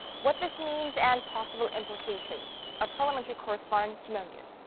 what this means and possible implications. our parliamentary correspondent ji myung-kill